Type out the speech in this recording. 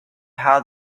how